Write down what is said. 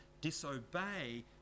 disobey